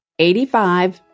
85